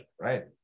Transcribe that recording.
right